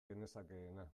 genezakeena